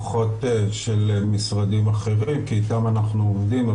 פחות של משרדים אחרים כי איתם אנחנו עובדים.